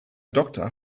doctor